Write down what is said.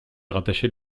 rattachait